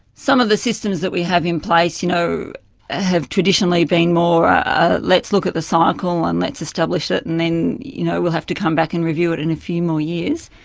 some of the systems that we have in place you know have traditionally been more a let's look at the cycle and let's establish it and then you know we'll have to come back and review it in a few more years.